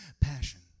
passion